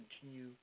continue